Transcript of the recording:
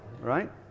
Right